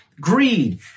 Greed